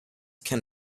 can